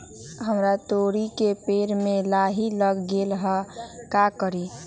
हमरा तोरी के पेड़ में लाही लग गेल है का करी?